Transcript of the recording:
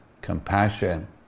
compassion